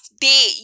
day